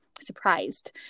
surprised